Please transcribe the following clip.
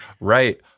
Right